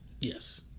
Yes